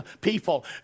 people